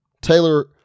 Taylor